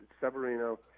Severino –